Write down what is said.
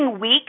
weak